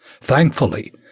Thankfully